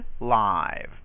live